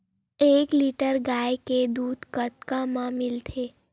एक लीटर गाय के दुध कतका म मिलथे?